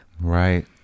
Right